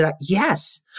Yes